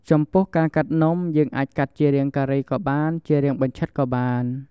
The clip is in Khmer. ចំពោះការកាត់នំ យើងអាចកាត់ជារាងការេក៏បាន រាងបញ្ឆិតក៏បាន។